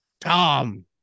Tom